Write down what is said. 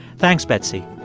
thanks, betsy.